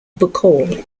bacall